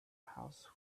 house